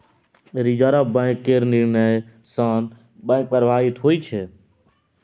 reserve bank केर निर्णय सँ बैंक प्रभावित होइ छै